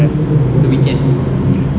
the weekend